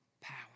Power